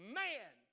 man